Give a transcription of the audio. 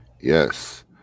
yes